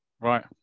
Right